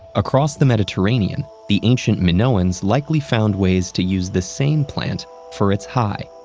across the mediterranean, the ancient minoans likely found ways to use the same plant for its high.